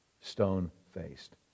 stone-faced